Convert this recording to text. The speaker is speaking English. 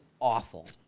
awful